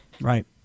Right